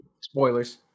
Spoilers